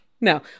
No